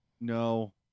No